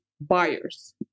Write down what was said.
buyers